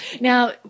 Now